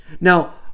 now